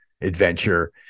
adventure